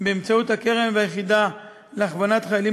באמצעות הקרן והיחידה להכוונת חיילים